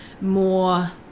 more